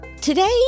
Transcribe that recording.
Today